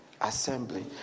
assembly